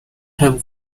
have